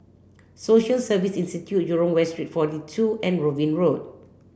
Social Service Institute Jurong West Street forty two and Robin Road